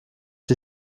die